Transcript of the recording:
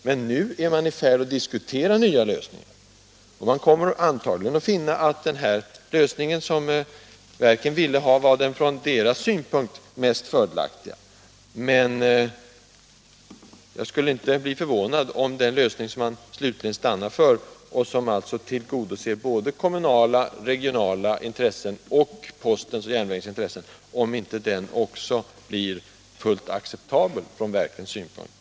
Men nu är man i färd med att diskutera nya lösningar. Antagligen kommer man att finna att den lösning som verken vill ha, är den från deras synpunkt mest fördelaktiga. Men jag skulle inte bli förvånad om den lösning som man slutligen stannar för — och som alltså tillgodoser såväl kommunala och regionala intressen som postens och järnvägens intressen — också blir fullt acceptabel från verkens synpunkt.